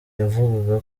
yavugaga